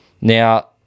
Now